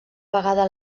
vegada